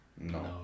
No